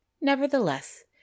nevertheless